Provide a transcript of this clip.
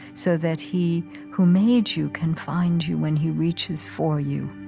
so that he who made you can find you when he reaches for you.